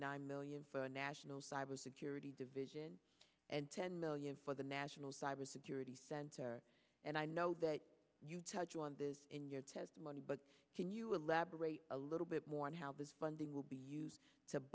nine million for national cyber security division and ten million for the national cybersecurity center and i know that you touch on this in your testimony but can you elaborate a little bit more on how this funding will be used to